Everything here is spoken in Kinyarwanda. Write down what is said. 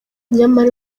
nyamara